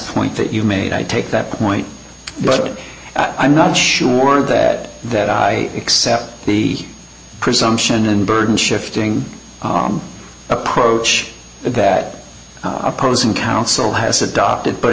point that you made i take that point but i'm not sure that that i accept the presumption and burden shifting approach that opposing counsel has adopted but